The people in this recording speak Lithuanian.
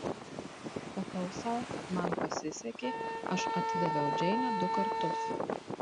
sakau sau kad man pasisekė aš atidaviau džeinę du kartus